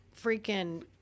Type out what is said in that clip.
freaking